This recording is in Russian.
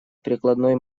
прикладной